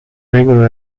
vengono